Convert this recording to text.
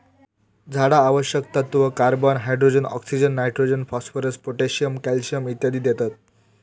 झाडा आवश्यक तत्त्व, carbon, hydrogen, oxygen, nitrogen, phosphorus, potassium, calcium इत्यादी देतत